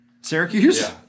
Syracuse